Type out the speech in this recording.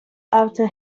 after